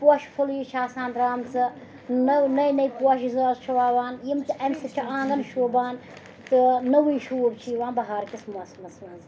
پوشہِ فٕلیہِ چھِ آسان درٛامژٕ نٔو نٔے نٔے پوشہِ زٲژ چھِ وَوان یِم تہِ اَمہِ سۭتۍ چھِ آنٛگَن شوٗبان تہٕ نٔوٕے شوٗب چھِ یِوان بہارکِس موسمَس منٛز